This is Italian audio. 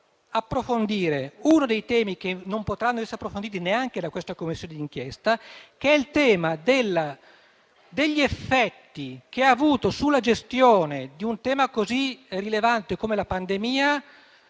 potevano approfondire uno dei temi che non potranno essere approfonditi neanche da questa Commissione d'inchiesta, che è il tema degli effetti che ha avuto sulla gestione di un tema così rilevante come la pandemia